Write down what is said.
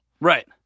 Right